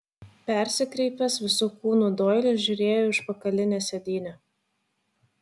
persikreipęs visu kūnu doilis žiūrėjo į užpakalinę sėdynę